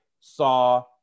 saw